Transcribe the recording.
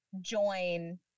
join